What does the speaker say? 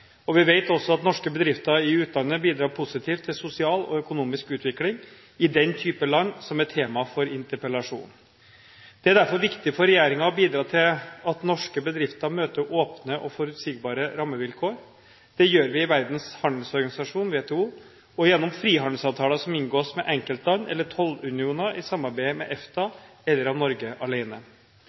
og vi vet at norske bedrifter i utlandet bidrar positivt til sosial og økonomisk utvikling i den type land som er tema for interpellasjonen. Det er derfor viktig for regjeringen å bidra til at norske bedrifter møter åpne og forutsigbare rammevilkår. Det gjør vi i Verdens handelsorganisasjon, WTO, og gjennom frihandelsavtaler som inngås med enkeltland eller tollunioner i samarbeid med EFTA, eller av Norge